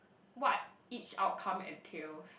what each outcome entails